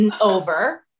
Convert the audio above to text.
over